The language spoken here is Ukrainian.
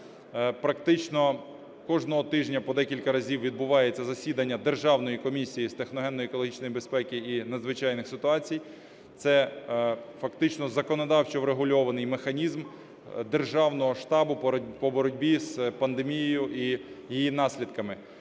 практично кожного тижня по декілька разів відбувається засідання Державної комісії з техногенно-екологічної безпеки і надзвичайних ситуацій – це фактично законодавчо врегульований механізм державного штабу по боротьбі з пандемією і її наслідками.